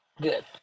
good